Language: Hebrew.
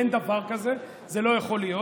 אין דבר כזה, זה לא יכול להיות.